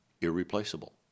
irreplaceable